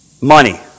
Money